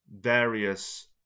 various